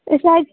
أسۍ حظ